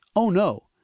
oh, no!